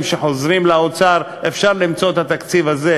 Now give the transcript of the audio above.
שחוזרים לאוצר אפשר למצוא את התקציב הזה,